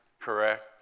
correct